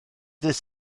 dydd